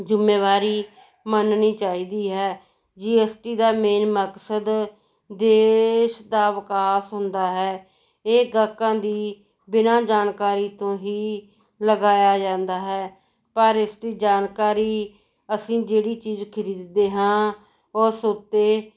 ਜ਼ਿੰਮੇਵਾਰੀ ਮੰਨਣੀ ਚਾਹੀਦੀ ਹੈ ਜੀ ਐਸ ਟੀ ਦਾ ਮੇਨ ਮਕਸਦ ਦੇਸ਼ ਦਾ ਵਿਕਾਸ ਹੁੰਦਾ ਹੈ ਇਹ ਗਾਹਕਾਂ ਦੀ ਬਿਨਾਂ ਜਾਣਕਾਰੀ ਤੋਂ ਹੀ ਲਗਾਇਆ ਜਾਂਦਾ ਹੈ ਪਰ ਇਸਦੀ ਜਾਣਕਾਰੀ ਅਸੀਂ ਜਿਹੜੀ ਚੀਜ਼ ਖਰੀਦਦੇ ਹਾਂ ਉਸ ਉੱਤੇ